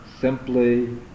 simply